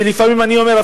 ולפעמים אני אומר,